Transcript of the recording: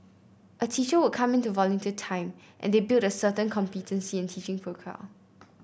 a teacher would come in to volunteer time and they build a certain competency and teaching profile